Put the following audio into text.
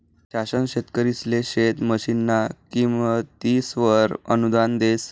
शासन शेतकरिसले शेत मशीनना किमतीसवर अनुदान देस